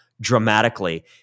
dramatically